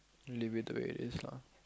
leave it to it is lah